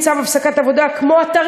גם בשם הוועדה וגם